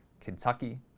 Kentucky